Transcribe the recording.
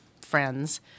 friends